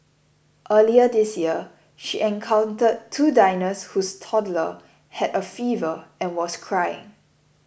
earlier this year she encountered two diners whose toddler had a fever and was crying